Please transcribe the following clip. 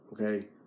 okay